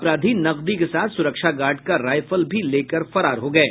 अपराधी नकदी के साथ सुरक्षा गार्ड का राईफल भी लेकर फरार हो गये